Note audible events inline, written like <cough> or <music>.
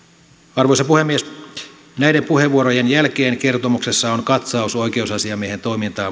arvoisa puhemies näiden puheenvuorojen jälkeen kertomuksessa on katsaus oikeusasiamiehen toimintaan <unintelligible>